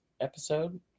episode